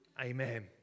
Amen